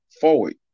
forward